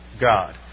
God